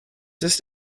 ist